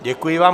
Děkuji vám.